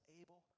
able